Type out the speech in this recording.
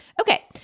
okay